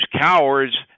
cowards